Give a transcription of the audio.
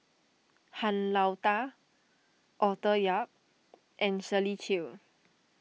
Han Lao Da Arthur Yap and Shirley Chew